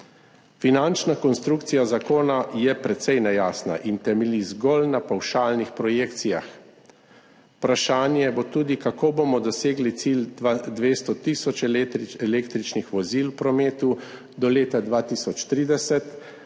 Finančna konstrukcija zakona je precej nejasna in temelji zgolj na pavšalnih projekcijah. Vprašanje bo tudi, kako bomo dosegli cilj 200 tisoč električnih vozil v prometu do leta 2030,